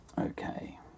Okay